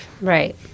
Right